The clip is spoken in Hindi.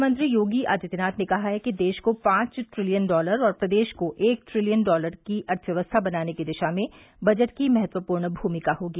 मुख्यमंत्री योगी आदित्यनाथ ने कहा है कि देश को पांच ट्रिलियन डॉलर और प्रदेश को एक ट्रिलियन डॉलर की अर्थव्यवस्था बनाने की दिशा में बजट की महत्वपूर्ण भूमिका होगी